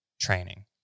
training